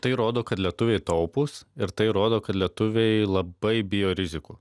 tai rodo kad lietuviai taupūs ir tai rodo kad lietuviai labai bijo rizikų